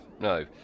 no